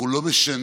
אנחנו לא משנים